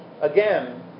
Again